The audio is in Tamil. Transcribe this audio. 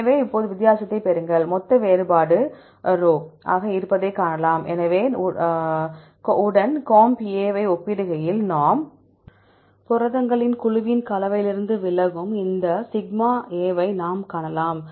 எனவே இப்போது வித்தியாசத்தைப் பெறுங்கள் மொத்த வேறுபாடு σ ஆக இருப்பதைக் காணலாம்